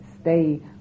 stay